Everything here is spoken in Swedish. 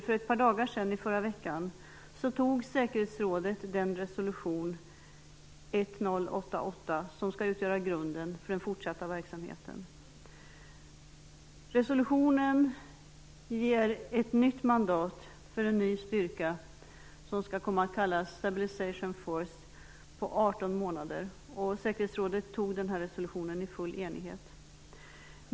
För ett par dagar sedan, i förra veckan, antog säkerhetsrådet den resolution 1088 som skall utgöra grunden för den fortsatta verksamheten. Resolutionen ger ett nytt mandat för en ny styrka, som skall komma att kallas Stabilisation Force, på 18 månader. Säkerhetsrådet tog resolutionen i full enighet.